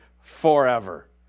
forever